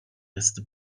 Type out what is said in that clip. beste